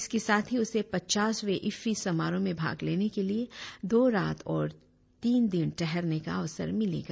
इसके साथ ही उसे पचासवें इफ्फी समारोह में भाग देने के लिए दो रात और तीन दिन ठहरने का अवसर मिलेगा